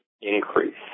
increase